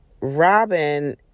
Robin